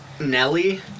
Nelly